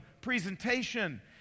presentation